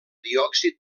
diòxid